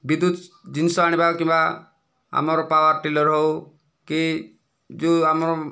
ବିଦ୍ୟୁତ ଜିନିଷ ଆଣିବା କିମ୍ବା ଆମର ପାୱାର ଟିଲର ହେଉ କି ଯେଉଁ ଆମ